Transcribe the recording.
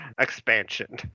expansion